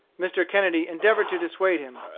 mr. kennedy endeavored to dissuade him.